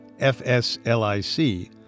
FSLIC